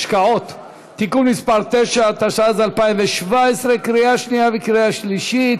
חוב' ל"ו, עמ' 16695, מושב שני, חוב'